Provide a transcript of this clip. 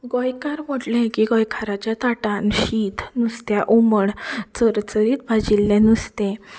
गोंयकार म्हणलें की गोंयकाराच्या ताटांत शीत नुस्त्या हुमण चरचरीत भाजिल्लें नुस्तें